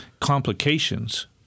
complications